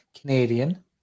Canadian